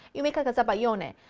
you make a zabagnlione.